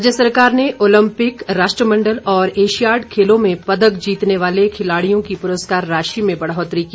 राज्य सरकार ने ओलम्पिक राष्ट्रमंडल और एशियार्ड खेलों में पदक जीतने वाले खिलाड़ियों की पुरस्कार राशि में बढ़ोतरी की